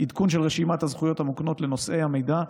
עדכון של רשימת הזכויות המוקנות לנושא המידע,